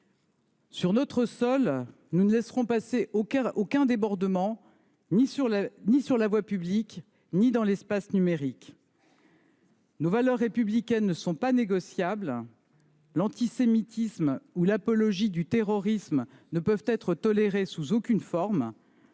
la barbarie. Nous ne laisserons passer aucun débordement sur notre sol, ni sur la voie publique ni dans l’espace numérique. Nos valeurs républicaines ne sont pas négociables. L’antisémitisme ou l’apologie du terrorisme ne peuvent être tolérés sous aucune forme.